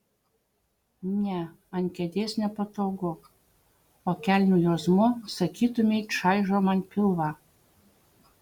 ne ant kėdės nepatogu o kelnių juosmuo sakytumei čaižo man pilvą